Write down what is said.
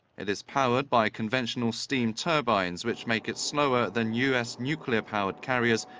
it is powered by conventional steam turbines, which makes it slower than u s. nuclear-powered carriers,